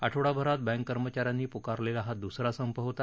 आठवडाभरात बँक कर्मचाऱ्यांनी पुकारलेला हा दुसरा संप होता